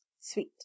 Sweet